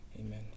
Amen